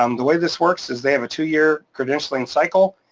um the way this works is they have a two year credentialing cycle,